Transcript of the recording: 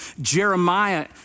Jeremiah